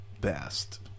best